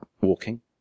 walking